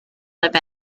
live